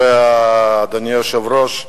אדוני היושב-ראש,